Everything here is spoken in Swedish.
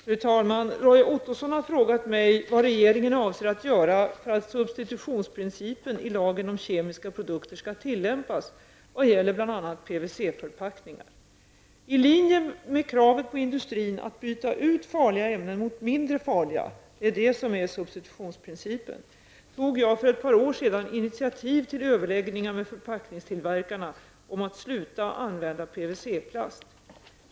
Fru talman! Roy Ottosson har frågat mig vad regeringen avser att göra för att substitutionsprincipen i lagen om kemiska produkter skall tillämpas vad gäller bl.a. PVC I linje med kravet på industrin att byta ut farliga ämnen mot mindre farliga -- det är det som är substitutionsprincipen -- tog jag för ett par år sedan initiativ till överläggningar med förpackningstillverkarna om ett stopp för användning av PVC-plast.